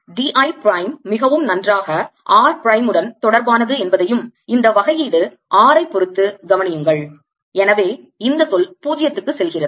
d I prime மிகவும் நன்றாக r prime உடன் தொடர்பானது என்பதையும் இந்த வகையீடு r ஐ பொருத்தது கவனியுங்கள் எனவே இந்த சொல் 0 க்கு செல்கிறது